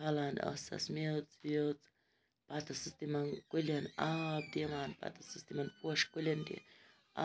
کھالان ٲسَس میٚژ ویٚژ پَتہٕ ٲسٕس تِمَن کُلٮ۪ن آب دِوان پَتہٕ ٲسٕس تِمَن پوشہِ کُلٮ۪ن تہِ